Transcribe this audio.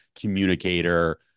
communicator